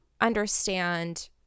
understand –